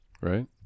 Right